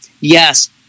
Yes